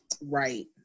Right